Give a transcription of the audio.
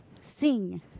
sing